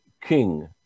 king